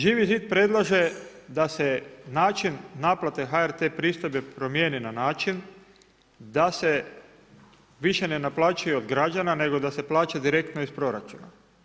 Živi zid predlaže da se način naplate HRT pristojbe promijeni na način, da se više ne naplaćuje od građana, nego da se plaća direktno iz proračuna.